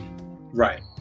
Right